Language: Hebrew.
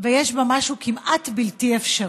ויש בה משהו כמעט בלתי אפשרי.